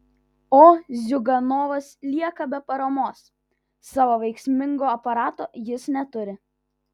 o ziuganovas lieka be paramos savo veiksmingo aparato jis neturi